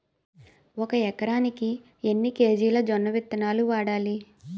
ఒక ఎకరానికి ఎన్ని కేజీలు జొన్నవిత్తనాలు వాడాలి?